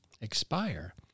expire